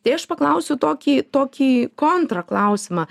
tai aš paklausiu tokį tokį kontra klausimą